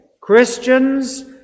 Christians